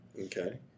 Okay